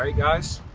um guys,